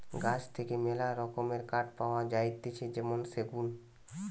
গাছ থেকে মেলা রকমের কাঠ পাওয়া যাতিছে যেমন সেগুন